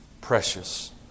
precious